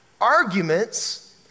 arguments